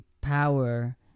power